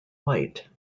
white